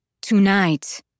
Tonight